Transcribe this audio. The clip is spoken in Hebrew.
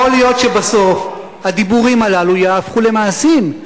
יכול להיות שבסוף הדיבורים הללו יהפכו למעשים,